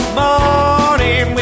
morning